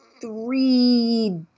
three